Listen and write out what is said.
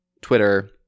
Twitter